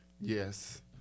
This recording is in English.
Yes